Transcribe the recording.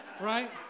right